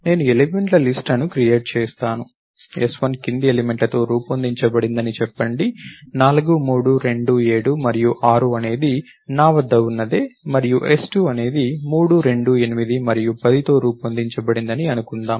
నేను ఎలిమెంట్ల లిస్ట్ ను క్రియేట్ చేస్తాను s1 కింది ఎలిమెంట్ల తో రూపొందించబడిందని చెప్పండి 4 3 2 7 మరియు 6 అనేది నా వద్ద ఉన్నదే మరియు s2 అనేది 3 2 8 మరియు 10తో రూపొందించబడిందని అనుకుందాం